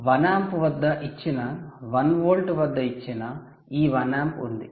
1 amp వద్ద ఇచ్చిన 1 volt వద్ద ఇచ్చిన ఈ 1 ఆంప్ ఉంది